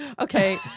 okay